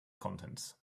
contents